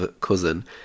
cousin